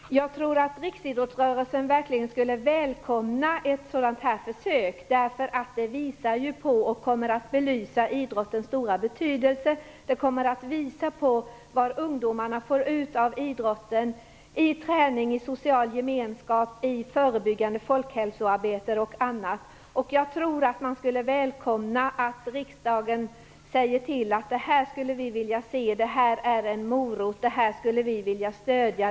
Herr talman! Jag tror att riksidrottsrörelsen verkligen skulle välkomna ett sådant försök. Det kommer att belysa idrottens stora betydelse. Det kommer att visa på vad ungdomarna får ut av idrotten i form av träning, social gemenskap, förebyggande folkhälsoarbete och annat. Jag tror att man skulle välkomna att riksdagen säger: Det här skulle vi vilja se. Det här är en morot. Det här skulle vi vilja stödja.